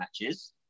matches